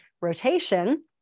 rotation